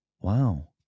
wow